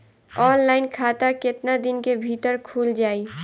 Online खाता केतना दिन के भीतर ख़ुल जाई?